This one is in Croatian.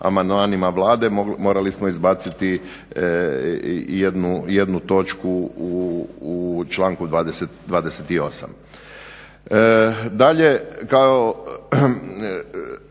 amandmanima Vlade. Morali smo izbaciti jednu točku u članku 28.